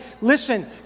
Listen